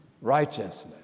righteousness